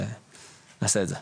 אבל נעשה את זה,